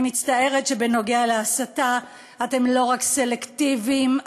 אני מצטערת שבנוגע להסתה אתם לא רק סלקטיביים,